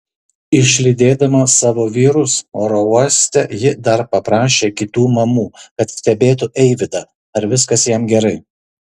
išlydėdama savo vyrus oro uoste ji dar paprašė kitų mamų kad stebėtų eivydą ar viskas jam gerai